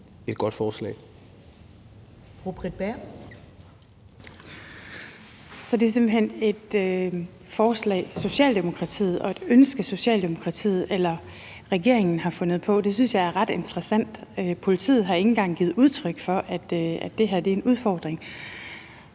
Bager. Kl. 13:33 Britt Bager (KF): Så det er simpelt hen et forslag og et ønske, Socialdemokratiet – eller regeringen – har fundet på. Det synes jeg er ret interessant. Politiet har ikke engang givet udtryk for, at det her er en udfordring.